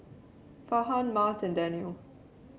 Farhan Mas and Danial